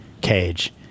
cage